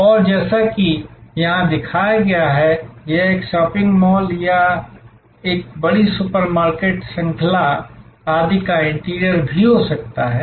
और जैसा कि यहां दिखाया गया है यह एक शॉपिंग मॉल या एक बड़ी सुपरमार्केट श्रृंखला आदि का इंटीरियर भी हो सकता है